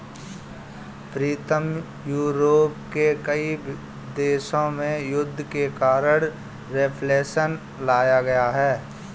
प्रीतम Europe के कई देशों में युद्ध के कारण रिफ्लेक्शन लाया गया है